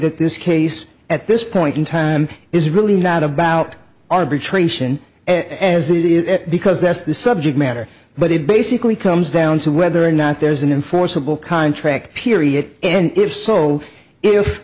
that this case at this point in time is really not about arbitration as it is because that's the subject matter but it basically comes down to whether or not there's an in forcible contract period and if so if